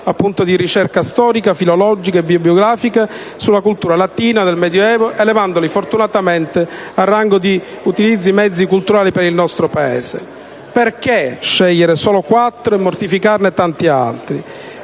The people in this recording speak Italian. attività di ricerca storica, filologica e bibliografica sulla cultura latina del medioevo, elevandoli fortunatamente al rango di utili mezzi culturali per il nostro Paese. Perché sceglierne solo quattro e mortificarne tanti altri?